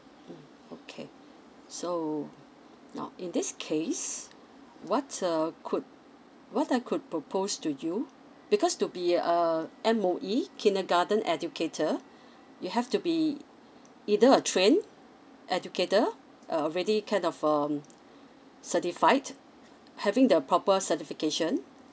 mm okay so now in this case what uh could what I could propose to you because to be uh a M_O_E kindergarten educator you have to be either a trained educator uh already kind of um certified having the proper certification